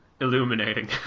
illuminating